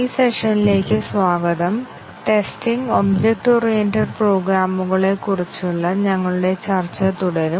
ഈ സെഷനിലേക്ക് സ്വാഗതം ടെസ്റ്റിംഗ് ഒബ്ജക്റ്റ് ഓറിയന്റഡ് പ്രോഗ്രാമുകളെക്കുറിച്ചുള്ള ഞങ്ങളുടെ ചർച്ച തുടരും